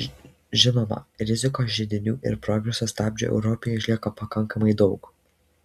žinoma rizikos židinių ir progreso stabdžių europoje išlieka pakankamai daug